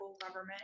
government